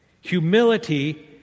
Humility